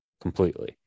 completely